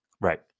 right